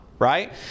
Right